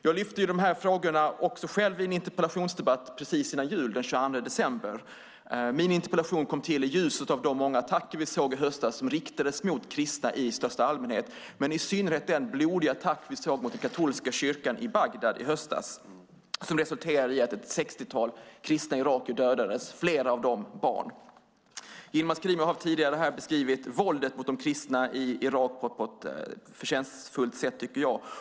Jag lyfte själv fram dessa frågor i en interpellationsdebatt precis innan jul, den 22 december. Min interpellation kom till i ljuset av de många attacker vi såg i höstas, som riktades mot kristna i största allmänhet. Det gäller i synnerhet den blodiga attack vi såg mot den katolska kyrkan i Bagdad i höstas, som resulterade i att ett sextiotal kristna irakier dödades. Flera av dem var barn. Yilmaz Kerimo har tidigare här beskrivit våldet mot de kristna i Irak på ett förtjänstfullt sätt, tycker jag.